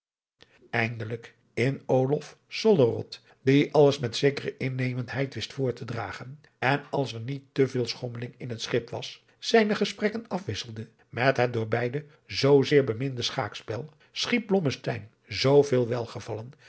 eindelijk in olof sollerod die alles met zekere innemendheid wist voor te dragen en als er niet te veel schommeling adriaan loosjes pzn het leven van johannes wouter blommesteyn in het schip was zijne gesprekken afwisselde met het door beide zoo zeer beminde schaakspel schiep blommesteyn zooveel welgevallen